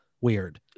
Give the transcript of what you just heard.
weird